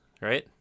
right